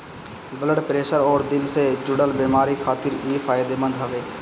blood pressure अउरी दिल से जुड़ल बेमारी खातिर इ फायदेमंद हवे